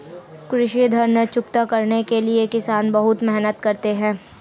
कृषि ऋण चुकता करने के लिए किसान बहुत मेहनत करते हैं